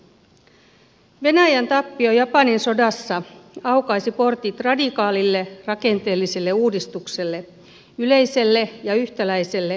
venäjän tappio japanin sodassa aukaisi portit radikaalille rakenteelliselle uudistukselle yleiselle ja yhtäläiselle äänioikeudelle